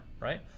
right